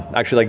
actually, like